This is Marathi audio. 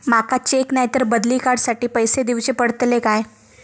माका चेक नाय तर बदली कार्ड साठी पैसे दीवचे पडतले काय?